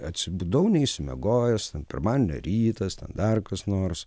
atsibudau neišsimiegojęs ten pirmadienio rytas dar kas nors